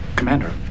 Commander